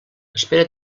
espera